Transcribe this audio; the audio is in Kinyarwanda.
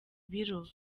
ibiro